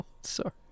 Sorry